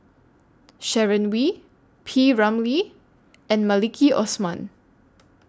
Sharon Wee P Ramlee and Maliki Osman